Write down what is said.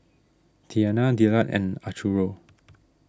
Tianna Dillard and Arturo